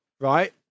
right